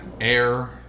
air